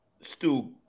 Stu